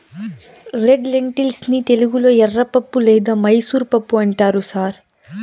red lentils ని తెలుగులో ఎర్రపప్పు లేదా మైసూర్ పప్పు అంటారు సార్